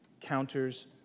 Counters